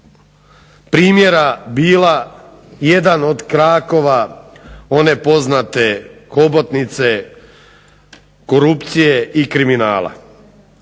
primjera bila jedan od krakova one poznate hobotnice korupcije i kriminala